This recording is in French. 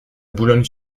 boulogne